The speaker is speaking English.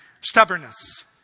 Stubbornness